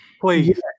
Please